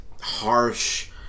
harsh